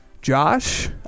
Josh